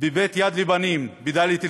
בבית יד לבנים בדאלית אל-כרמל,